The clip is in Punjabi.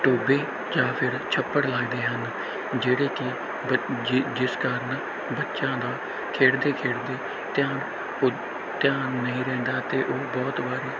ਟੋਬੇ ਜਾਂ ਫਿਰ ਛੱਪੜ ਲੱਗਦੇ ਹਨ ਜਿਹੜੇ ਕਿ ਬ ਜਿ ਜਿਸ ਕਾਰਨ ਬੱਚਿਆਂ ਦਾ ਖੇਡਦੇ ਖੇਡਦੇ ਧਿਆਨ ਉੱ ਧਿਆਨ ਨਹੀਂ ਰਹਿੰਦਾ ਅਤੇ ਉਹ ਬਹੁਤ ਵਾਰੀ